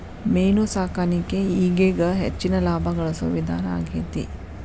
main ಸಾಕಾಣಿಕೆ ಈಗೇಗ ಹೆಚ್ಚಿನ ಲಾಭಾ ಗಳಸು ವಿಧಾನಾ ಆಗೆತಿ